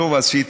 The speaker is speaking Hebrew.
וטוב עשית,